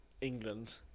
England